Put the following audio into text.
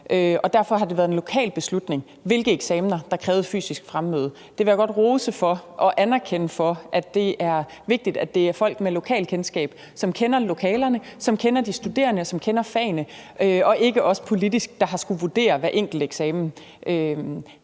derfor har det været en lokal beslutning, hvilke eksamener der krævede fysisk fremmøde. Det vil jeg godt rose for og anerkende er vigtigt, nemlig at det er folk med lokalkendskab, som kender lokalerne, som kender de studerende, og som kender fagene, og ikke os, der politisk har skullet vurdere hver enkelt eksamen.